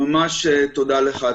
ממש תודה לך,